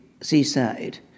seaside